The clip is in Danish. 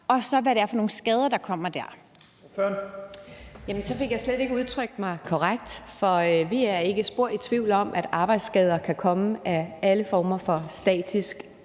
Jensen): Ordføreren. Kl. 11:34 Charlotte Munch (DD): Så fik jeg slet ikke udtrykt mig korrekt, for vi er ikke spor i tvivl om, at arbejdsskader kan komme af alle former for statisk